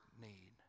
need